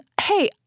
hey